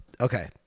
Okay